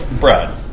brad